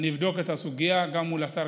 אני אבדוק את הסוגיה גם מול השר,